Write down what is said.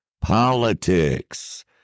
politics